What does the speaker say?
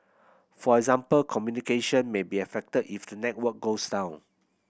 for example communication may be affected if the network goes down